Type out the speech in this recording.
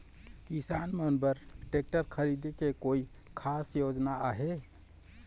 किसान मन बर ट्रैक्टर खरीदे के कोई खास योजना आहे?